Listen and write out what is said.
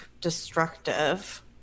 destructive